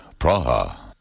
Praha